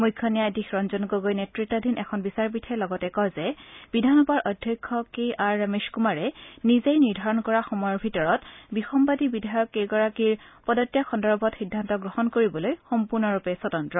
মুখ্য ন্যয়াধীশ ৰঞ্জন গগৈ নেতৃতাধীন এখন বিচাৰপীঠে লগতে কয় যে বিধানসভাৰ অধ্যক্ষ কে আৰ ৰমেশ কুমাৰ নিজেই নিৰ্ধাৰণ কৰা সময়ৰ ভিতৰত বিসম্বাদী বিধায়ক কেইগৰাকীৰ পদত্যাগ সন্দৰ্ভত সিদ্ধান্ত গ্ৰহণ কৰিবলৈ সম্পূৰ্ণৰূপে স্বতন্ত্ৰ